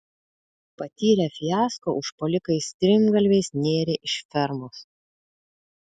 patyrę fiasko užpuolikai strimgalviais nėrė iš fermos